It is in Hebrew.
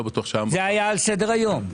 זה היה על סדר-היום.